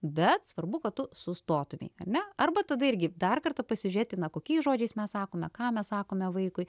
bet svarbu kad tu sustotumei ar ne arba tada irgi dar kartą pasižiūrėti na kokiais žodžiais mes sakome ką mes sakome vaikui